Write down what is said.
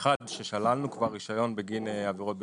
אחד שבו כבר שללנו את הרישיון בגין עבירות בטיחות,